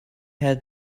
had